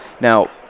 Now